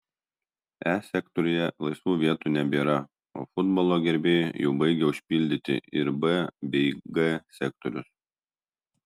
e sektoriuje laisvų vietų nebėra o futbolo gerbėjai jau baigia užpildyti ir b bei g sektorius